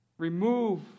remove